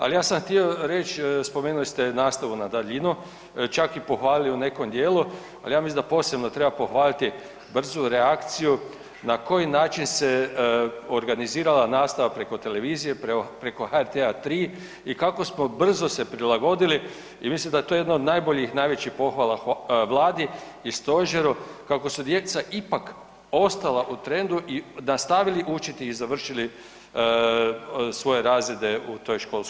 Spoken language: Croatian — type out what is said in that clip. Ali ja sam htio reći, spomenuli ste nastavu na daljinu, čak i pohvalili na nekom dijelu, ali ja mislim da posebno treba pohvaliti brzu reakciju na koji način se organizirala nastava preko televizije preko HRT 3 i kako smo brzo se prilagodili i mislim da je to jedna od najboljih i najvećih pohvala Vladi i stožeru kako su djeca ipak ostala u trendu i nastavili učiti i završili svoje razrede u toj školskoj godini.